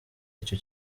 icyo